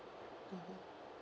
mmhmm